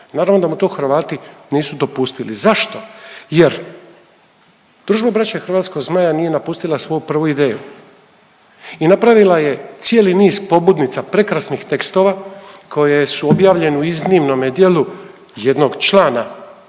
Naravno da mu to Hrvati nisu dopustili. Zašto? Jer Družba Braće Hrvatskog Zmaja nije napustila svoju prvu ideju i napravila je cijeli niz pobudnica, prekrasnih tekstova koje su objavljene u iznimnome dijelu jednog člana Družbe